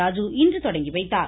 ராஜு இன்று தொடங்கி வைத்தார்